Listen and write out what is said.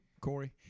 Corey